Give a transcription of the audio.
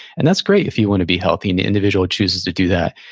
and that's great if you want to be healthy and the individual chooses to do that,